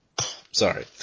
sorry